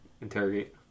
interrogate